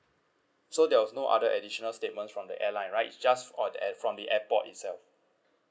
so there was no other additional statements from the airline right it's just or the from the airport itself